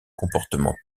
comportements